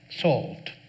solved